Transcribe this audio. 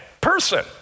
person